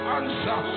answer